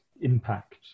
impact